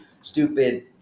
stupid